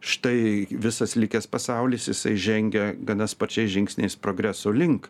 štai visas likęs pasaulis jisai žengia gana sparčiais žingsniais progreso link